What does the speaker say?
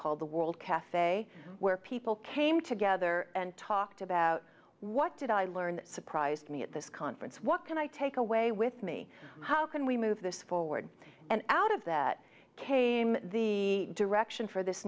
called the world cafe where people came together and talked about what did i learn that surprised me at this conference what can i take away with me how can we move this forward and out of that came the direction for this